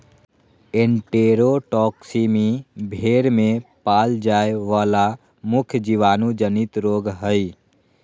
enterotoxaemia भेड़ में पाल जाय वला मुख्य जीवाणु जनित रोग हइ